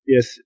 Yes